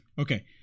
Okay